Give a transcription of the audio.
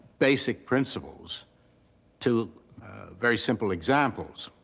basic principles to very simple examples.